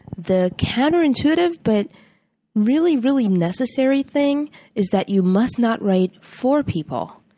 the counterintuitive but really, really necessary thing is that you must not write for people.